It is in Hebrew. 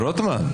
רוטמן.